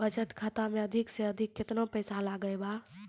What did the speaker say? बचत खाता मे अधिक से अधिक केतना पैसा लगाय ब?